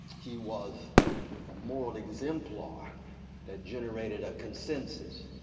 he was a moral exemplar that generated a consensus,